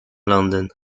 london